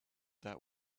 that